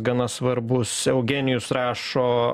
gana svarbus eugenijus rašo